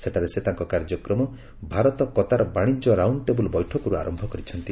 ସେଠାରେ ସେ ତାଙ୍କ କାର୍ଯ୍ୟକ୍ରମ ଭାରତ କତାର ବାଣିଜ୍ୟ ରାଉଣ୍ଡ ଟେବୁଲ ବୈଠକରୁ ଆରମ୍ଭ କରିଛନ୍ତି